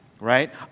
right